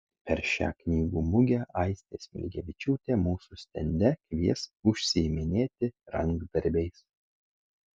per šią knygų mugę aistė smilgevičiūtė mūsų stende kvies užsiiminėti rankdarbiais